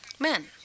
men